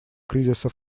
кризиса